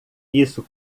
isso